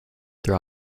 their